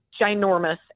ginormous